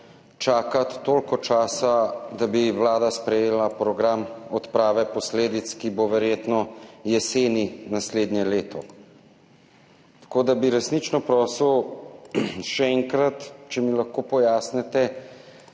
čakati toliko časa, da bi Vlada sprejela program odprave posledic, ki bo verjetno jeseni naslednje leto. Resnično vas še enkrat prosim, da mi pojasnite